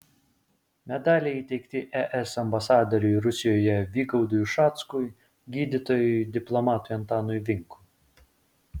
medaliai įteikti es ambasadoriui rusijoje vygaudui ušackui gydytojui diplomatui antanui vinkui